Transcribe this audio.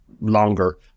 longer